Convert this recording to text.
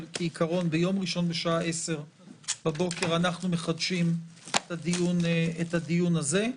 ביום ראשון בשעה 10:00 בבוקר אנחנו מחדשים את הדיון הזה.